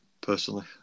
Personally